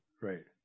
right